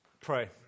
pray